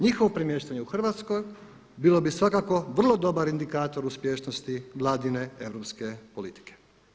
Njihovo premještanje u Hrvatskoj bilo bi svakako vrlo dobar indikator uspješnosti vladine europske politike.